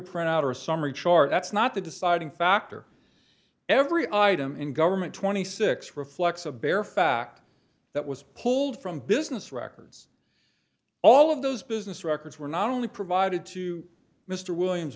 print out or a summary chart that's not the deciding factor every item in government twenty six reflects a bare fact that was pulled from business records all of those business records were not only provided to mr williams